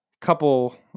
couple